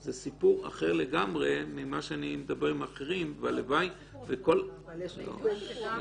זה סיפור אחר לגמרי ממה שאני מדבר עם אחרים -- זה לא סיפור אחר לגמרי.